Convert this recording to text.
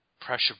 pressure